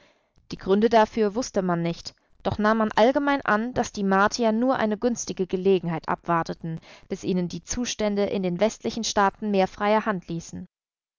die gründe dafür wußte man nicht doch nahm man allgemein an daß die martier nur eine günstige gelegenheit abwarteten bis ihnen die zustände in den westlichen staaten mehr freie hand ließen